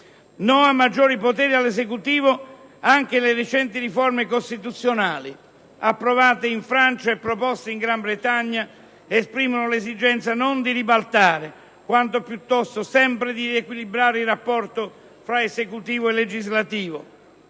no a maggiori poteri all'Esecutivo. Anche le recenti riforme costituzionali approvate in Francia e proposte in Gran Bretagna esprimono l'esigenza non di ribaltare, quanto piuttosto di riequilibrare il rapporto tra Esecutivo e Legislativo